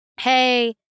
hey